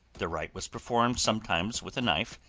the rite was performed, sometimes with a knife,